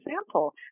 example